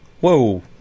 Whoa